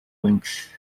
links